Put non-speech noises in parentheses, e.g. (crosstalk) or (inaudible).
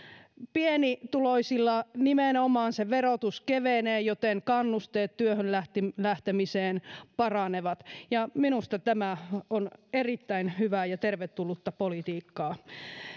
pienituloisilla nimenomaan se verotus kevenee joten kannusteet työhön lähtemiseen paranevat (unintelligible) minusta tämä on erittäin hyvää ja tervetullutta politiikkaa